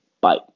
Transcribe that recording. Bye